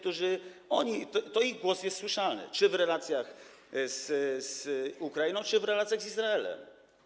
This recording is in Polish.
To ich głos jest słyszalny czy w relacjach z Ukrainą, czy w relacjach z Izraelem.